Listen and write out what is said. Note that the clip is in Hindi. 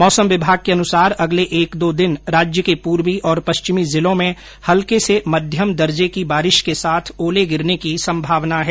मौसम विभाग के अनुसार अगले एक दो दिन राज्य के पूर्वी और पश्चिमी जिलों में हल्के से मध्यम दर्जे की बारिश के साथ ओले गिरने की संभावना है